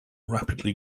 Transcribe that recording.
rapidly